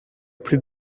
plus